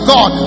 God